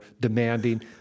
demanding